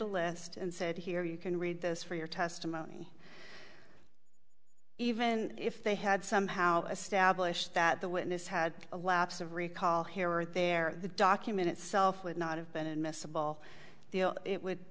a list and said here you can read this for your testimony even if they had somehow established that the witness had a lapse of recall here or there the document itself would not have been admissible it would